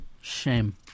Shame